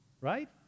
right